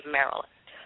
Maryland